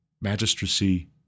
magistracy